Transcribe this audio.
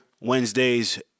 Wednesdays